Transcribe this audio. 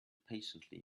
patiently